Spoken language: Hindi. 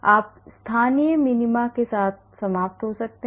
आप स्थानीय मिनीमा के साथ समाप्त हो सकते हैं